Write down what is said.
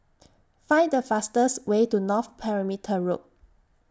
Find The fastest Way to North Perimeter Road